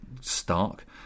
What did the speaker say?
stark